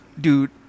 Dude